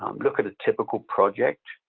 um look at a typical project,